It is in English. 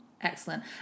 Excellent